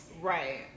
Right